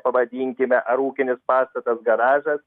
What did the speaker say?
pavadinkime ar ūkinis pastatas garažas